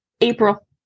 April